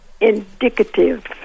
indicative